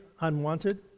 unwanted